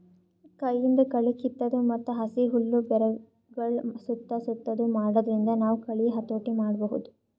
ಕೈಯಿಂದ್ ಕಳಿ ಕಿತ್ತದು ಮತ್ತ್ ಹಸಿ ಹುಲ್ಲ್ ಬೆರಗಳ್ ಸುತ್ತಾ ಸುತ್ತದು ಮಾಡಾದ್ರಿಂದ ನಾವ್ ಕಳಿ ಹತೋಟಿ ಮಾಡಬಹುದ್